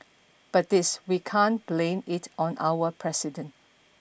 but this we can't blame it on our president